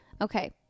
Okay